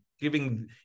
giving